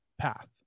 path